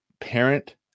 parent